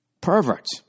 perverts